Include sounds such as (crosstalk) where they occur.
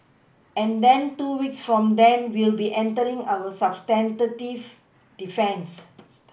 and then two weeks from then we'll be entering our substantive defence (noise)